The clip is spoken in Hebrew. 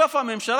הפוקוס.